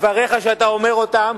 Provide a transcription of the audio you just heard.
דבריך כשאתה אומר אותם,